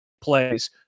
plays